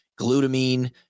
glutamine